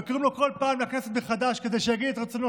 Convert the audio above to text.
וקוראים לו כל פעם לכנסת מחדש כדי שיביע את רצונו